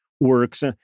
works